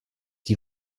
die